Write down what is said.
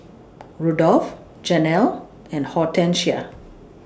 Rudolf Janell and Hortencia